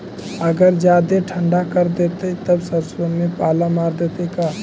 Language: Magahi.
अगर जादे ठंडा कर देतै तब सरसों में पाला मार देतै का?